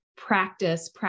practice